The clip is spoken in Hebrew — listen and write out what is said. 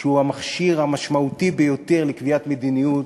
שהוא המכשיר המשמעותי ביותר לקביעת מדיניות,